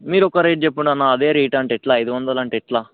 మీరు ఒక రేటు చెప్పండి అన్న అదే రేటు అంటే ఎట్లా ఐదు వందలు అంటే ఎట్లా